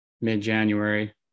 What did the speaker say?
mid-January